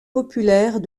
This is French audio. populaire